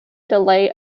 delay